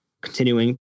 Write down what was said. continuing